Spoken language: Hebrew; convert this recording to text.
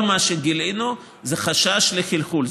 כל מה שגילינו זה חשש לחלחול.